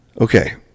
Okay